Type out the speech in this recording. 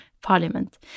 parliament